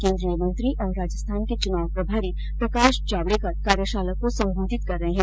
केन्द्रीय मंत्री और राजस्थान के चुनाव प्रभारी प्रकाश जावडेकर कार्यशाला को संबोधित कर रहे है